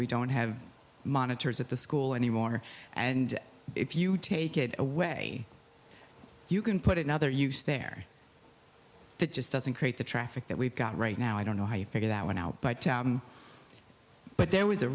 we don't have monitors at the school anymore and if you take it away you can put it another use there that just doesn't create the traffic that we've got right now i don't know how you figure that one out by town but there was a